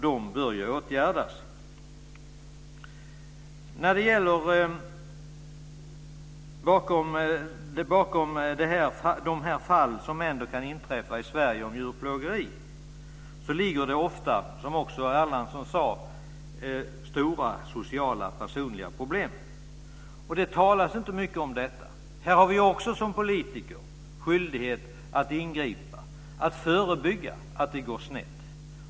De bör åtgärdas. Bakom de fall av djurplågeri som ändå kan inträffa i Sverige ligger ofta stora sociala, personliga problem, som Erlandsson sade. Det talas inte mycket om det. Här har vi som politiker skyldighet att ingripa, att förebygga att det går snett.